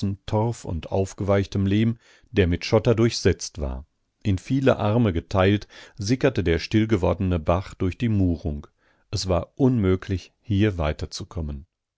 torf und aufgeweichtem lehm der mit schotter durchsetzt war in viele arme geteilt sickerte der still gewordene bach durch die murung es war unmöglich hier